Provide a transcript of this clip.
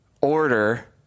order